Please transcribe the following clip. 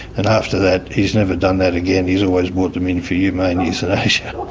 and after that, he's never done that again he's always brought them in for humane euthanasia.